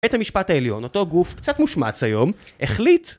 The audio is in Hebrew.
בית המשפט העליון, אותו גוף, קצת מושמץ היום, החליט...